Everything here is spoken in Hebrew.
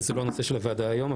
זה לא נושא הוועדה היום,